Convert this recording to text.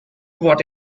what